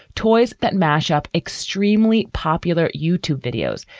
toys that mash up extremely popular youtube videos.